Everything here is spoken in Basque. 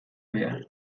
behar